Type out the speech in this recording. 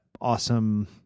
awesome